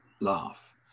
laugh